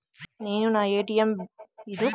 నేను నా ఏ.టీ.ఎం కార్డ్ను బ్లాక్ చేయాలి ఎలా?